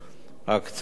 הקצאות,